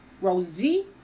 Rosie